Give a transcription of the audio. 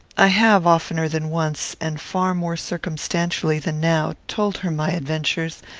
i have, oftener than once, and far more circumstantially than now, told her my adventures,